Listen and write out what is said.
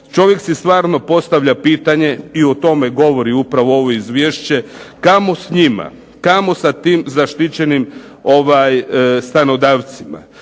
Čovjek si stvarno postavlja pitanje i o tome govori upravo ovo izvješće, kamo s njima, kamo sa tim zaštićenim stanodavcima.